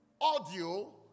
audio